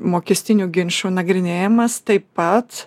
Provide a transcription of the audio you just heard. mokestinių ginčų nagrinėjimas taip pat